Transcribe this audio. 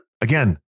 again